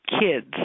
kids